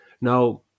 Now